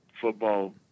football